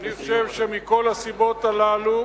אני חושב שמכל הסיבות האלה,